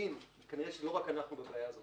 כנראה שלא רק אנחנו בבעיה הזו,